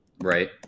Right